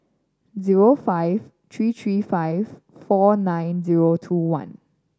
zero five three three five four nine zero two one